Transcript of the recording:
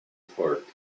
park